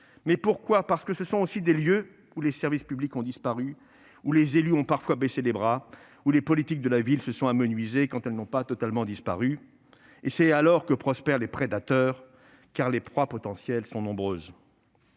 Mais pourquoi ? Parce que ce sont aussi des lieux où les services publics ont disparu, ou les élus ont parfois baissé les bras, ou les politiques de la ville se sont amenuisées quand elles n'ont pas totalement disparu. C'est alors que prospèrent les prédateurs, car les proies potentielles sont nombreuses.